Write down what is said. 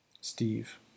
Steve